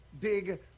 big